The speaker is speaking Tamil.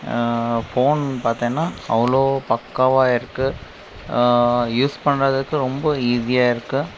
ஃபோன் பார்த்தோம்னா அவ்வளோ பக்காவாக இருக்குது யூஸ் பண்றத்துக்கு ரொம்ப ஈஸியாகருக்கு